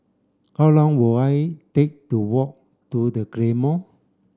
how long will it take to walk to The Claymore